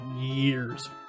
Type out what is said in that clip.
years